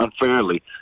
unfairly